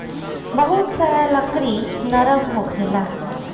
बहुत सारा लकड़ी नरम होखेला